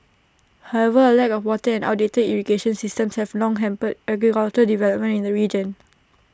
however A lack of water and outdated irrigation systems have long hampered agricultural development in the region